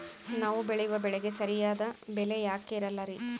ನಾವು ಬೆಳೆಯುವ ಬೆಳೆಗೆ ಸರಿಯಾದ ಬೆಲೆ ಯಾಕೆ ಇರಲ್ಲಾರಿ?